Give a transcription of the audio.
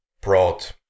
brought